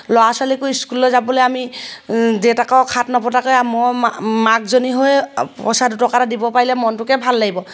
ল'ৰা ছোৱালীকো স্কুললৈ যাবলৈ আমি দেউতাকক হাত নপতাকৈ মই মা মাকজনী হৈ পইচা দুটকা এটা দিব পাৰিলে মনটোকে ভাল লাগিব